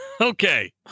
Okay